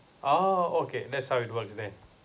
oh okay that's how it works there